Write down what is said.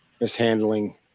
mishandling